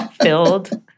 filled